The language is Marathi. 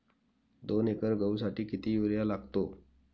दोन एकर गहूसाठी किती युरिया लागतो?